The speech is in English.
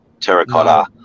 terracotta